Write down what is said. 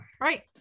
right